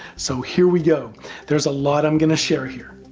so here we go there's a lot i'm going to share here.